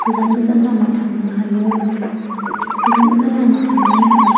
गोजान गोजान लामा थांनो हायो गोजान गोजान लामा थांनायाव